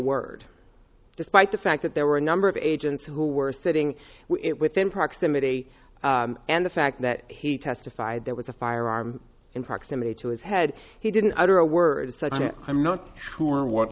word despite the fact that there were a number of agents who were sitting it within proximity and the fact that he testified there was a firearm in proximity to his head he didn't utter a word said i i'm not sure what